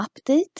update